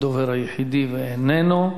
הדובר היחידי, אינו נוכח.